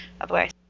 otherwise